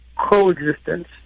coexistence